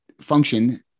function